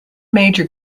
major